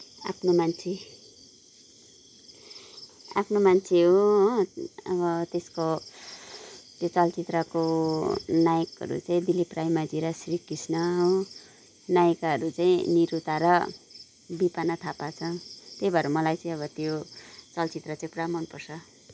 आफ्नो मान्छे आफ्नो मान्छे हो हो अब त्यसको त्यो चलचित्रको नायकहरू चाहिँ दिलिप रायमाझी र श्रीकृष्ण हो नायिकाहरू चाहिँ निरुता र बिपना थापा छ त्यही भएर मलाई चाहिँ अब त्यो चलचित्र चाहिँ पुरा मनपर्छ